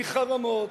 מחרמות,